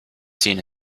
seen